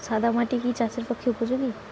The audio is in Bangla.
সাদা মাটি কি চাষের পক্ষে উপযোগী?